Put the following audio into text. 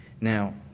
Now